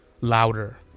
louder